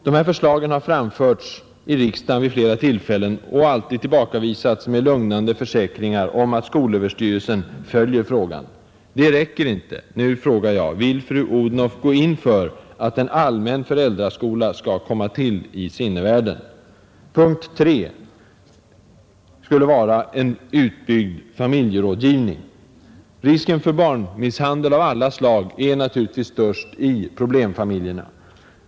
Dessa förslag har framförts i riksdagen vid flera tillfällen och alltid tillbakavisats med lugnande försäkringar om att skolöverstyrelsen följer frågan. det räcker inte. Nu frågar jag: Vill fru Odhnoff gå in för att en allmän föräldraskola skall komma till i sinnevärlden? Punkt 3 gäller en utbyggd familjerådgivning. Risken för barnmisshandel av alla slag är naturligtvis störst i problemfamiljerna.